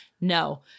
no